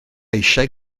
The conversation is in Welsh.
eisiau